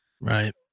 Right